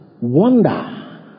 wonder